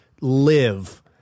live